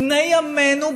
בני עמנו,